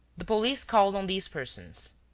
the police called on these persons.